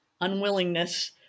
unwillingness